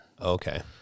Okay